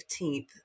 15th